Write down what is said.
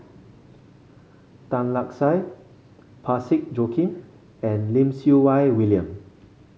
Tan Lark Sye Parsick Joaquim and Lim Siew Wai William